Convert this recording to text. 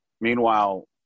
Meanwhile